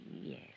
Yes